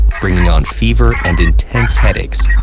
bringing on fever and intense headaches.